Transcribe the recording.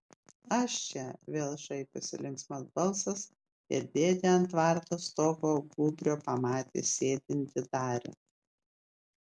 aš čia vėl šaipėsi linksmas balsas ir dėdė ant tvarto stogo gūbrio pamatė sėdintį darių